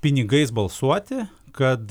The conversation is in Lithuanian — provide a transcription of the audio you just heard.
pinigais balsuoti kad